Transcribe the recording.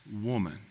woman